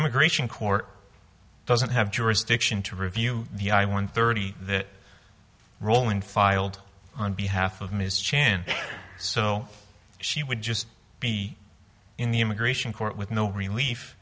immigration court doesn't have jurisdiction to review the i one thirty that roland filed on behalf of ms chen so she would just be in the immigration court with no relief